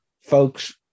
folks